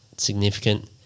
significant